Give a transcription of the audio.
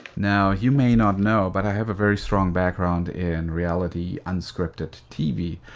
now, you may not know, but i have a very strong background in reality and scripted tv.